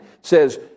says